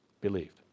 believed